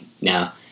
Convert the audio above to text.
now